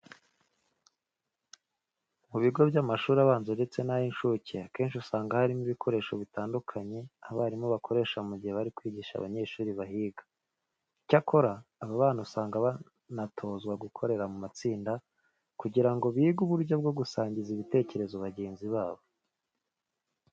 Mu bigo by'amashuri abanza ndetse n'ay'incuke akenshi usanga harimo ibikoresho bitandukanye abarimu bakoresha mu gihe bari kwigisha abanyeshuri bahiga. Icyakora, aba bana usanga banatozwa gukorera mu matsinda kugira ngo bige uburyo bwo gusangiza ibitekerezo bagenzi babo.